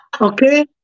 Okay